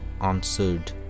answered